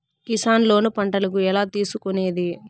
Kisan loan పంటలకు ఎలా తీసుకొనేది?